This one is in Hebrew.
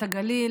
את הגליל,